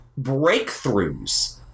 breakthroughs